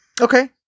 Okay